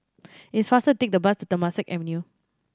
it is faster take the bus to Temasek Avenue